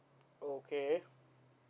okay